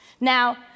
Now